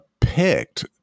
picked